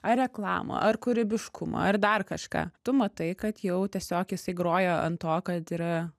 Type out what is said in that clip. ar reklamą ar kūrybiškumą ar dar kažką tu matai kad jau tiesiog jisai groja ant to kad yra